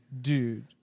dude